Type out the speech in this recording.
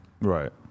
Right